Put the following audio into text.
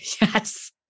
Yes